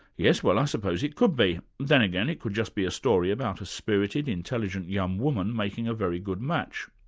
yes, well, i suppose it could be. then again, it could just be a story about a spirited, intelligent young woman making a very good match.